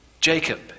Jacob